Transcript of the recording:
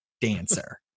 dancer